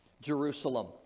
Jerusalem